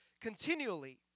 continually